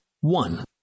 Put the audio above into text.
One